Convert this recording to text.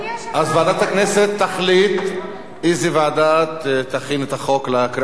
אז ועדת הכנסת תחליט איזו ועדה תכין את החוק לקריאות הבאות.